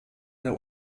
der